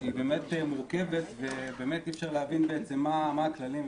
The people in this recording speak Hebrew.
שהיא מורכבת ואי-אפשר להבין בעצם מהכללים,